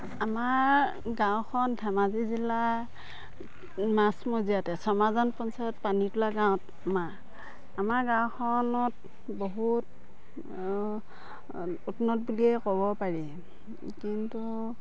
আমাৰ গাঁওখন ধেমাজি জিলাৰ মাজমজিয়াতে চমাজান পঞ্চায়ত পানীতোলা গাঁৱত আমাৰ আমাৰ গাঁওখনত বহুত উন্নত বুলিয়েই ক'ব পাৰি কিন্তু